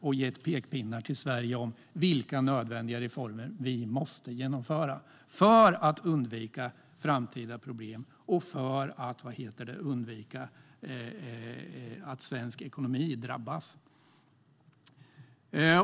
De har pekat på de nödvändiga reformer Sverige måste genomföra för att undvika framtida problem och att svensk ekonomi drabbas.